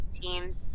teams